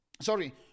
sorry